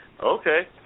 Okay